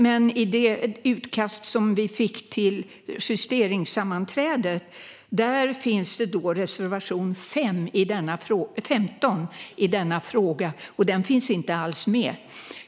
Men i det utkast som vi fick till justeringssammanträdet finns reservation 15 i denna fråga, och den finns inte alls med.